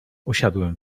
usiadłem